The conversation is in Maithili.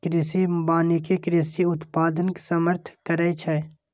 कृषि वानिकी कृषि उत्पादनक समर्थन करै छै